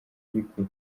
ariko